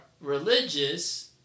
religious